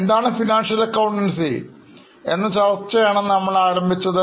എന്താണ് finance accountancy എന്ന് നമ്മൾ ആരംഭിച്ചു